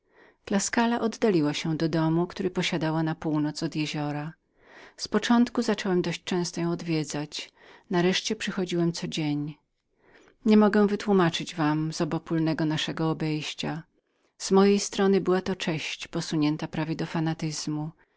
rozerwany tuskula oddaliła się do domu który posiadała na północ jeziora tezenu z początku zacząłem dość często ją odwiedzać nareszcie przychodziłem co dzień nie mogę wytłumaczyć wam zobopólnego naszego obejścia z mojej strony była to cześć posunięta prawie do